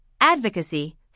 advocacy